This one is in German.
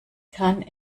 kann